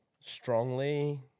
strongly